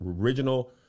original